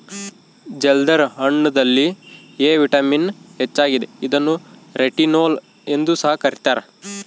ಜಲ್ದರ್ ಹಣ್ಣುದಲ್ಲಿ A vitamin ಹೆಚ್ಚಾಗಿದೆ ಇದನ್ನು ರೆಟಿನೋಲ್ ಎಂದು ಸಹ ಕರ್ತ್ಯರ